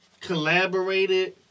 collaborated